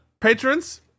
Patrons